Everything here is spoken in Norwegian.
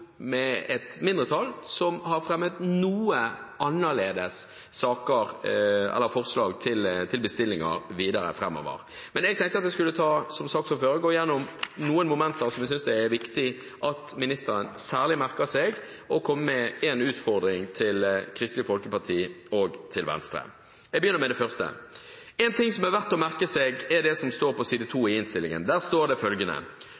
fremmet noe annerledes forslag til bestillinger videre framover. Men jeg tenkte at jeg som saksordfører skulle gå gjennom noen momenter som jeg synes det er viktig at ministeren særlig merker seg, og komme med en utfordring til Kristelig Folkeparti og til Venstre. Jeg begynner med det første: En ting som er verd å merke seg, er det som står på side 2 i innstillingen. Der står det følgende: